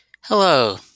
Hello